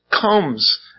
comes